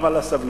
גם על הסבלנות.